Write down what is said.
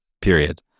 period